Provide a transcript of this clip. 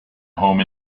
home